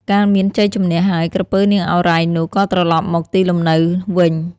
កាលមានជ័យជម្នះហើយ ក្រពើ នាងឱរ៉ៃ នោះ ក៏ត្រឡប់មកទីលំនៅវិញ ។